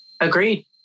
Agreed